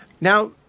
Now